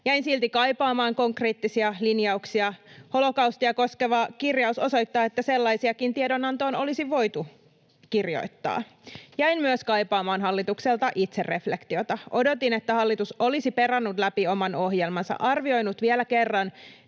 Jäin silti kaipaamaan konkreettisia linjauksia. Holokaustia koskeva kirjaus osoittaa, että sellaisiakin tiedonantoon olisi voitu kirjoittaa. Jäin myös kaipaamaan hallitukselta itsereflektiota. Odotin, että hallitus olisi perannut läpi oman ohjelmansa, arvioinut vielä kerran